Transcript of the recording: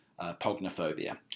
pognophobia